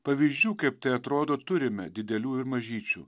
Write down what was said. pavyzdžių kaip tai atrodo turime didelių ir mažyčių